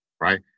right